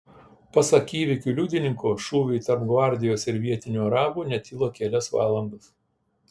pasak įvykių liudininko šūviai tarp gvardijos ir vietinių arabų netilo kelias valandas